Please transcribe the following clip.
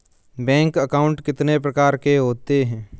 Bank account कितने प्रकार के होते हैं?